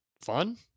fun